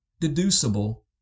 deducible